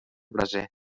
braser